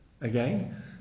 Again